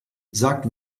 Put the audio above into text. sagt